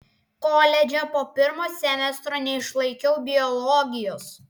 koledže po pirmo semestro neišlaikiau biologijos